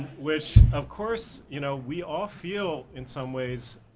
which, of course, you know, we all feel, in some ways,